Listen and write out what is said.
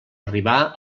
arribar